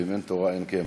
ואם אין תורה אין קמח.